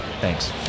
Thanks